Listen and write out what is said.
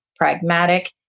pragmatic